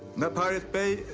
the pirate bay.